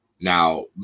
Now